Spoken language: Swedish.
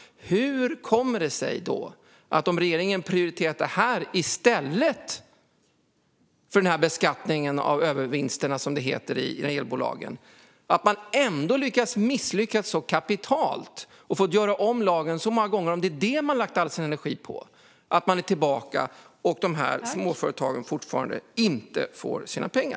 Hur kommer det sig då, om regeringen prioriterat detta i stället för beskattningen av övervinster, som det heter, i elbolagen, att man ändå misslyckats så kapitalt och har fått göra om lagen så många gånger? Om det är detta man lagt all sin energi på, hur kan det då komma sig att dessa småföretag fortfarande inte får sina pengar?